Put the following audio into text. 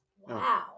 Wow